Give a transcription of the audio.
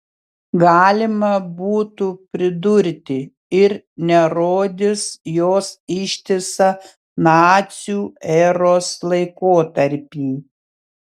galima būtų pridurti ir nerodys jos ištisą nacių eros laikotarpį